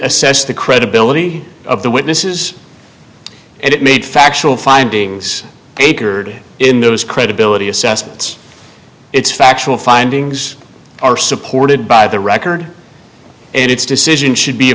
assess the credibility of the witnesses and it made factual findings in those credibility assessments it's factual findings are supported by the record and its decision should be a